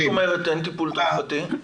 מה זאת אומרת אין טיפול תרופתי?